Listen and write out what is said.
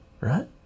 right